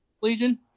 Legion